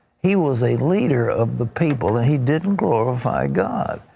he was a leader of the people and he didn't glorify god.